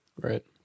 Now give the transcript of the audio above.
Right